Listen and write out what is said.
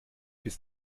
bis